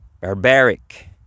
barbaric